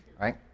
Right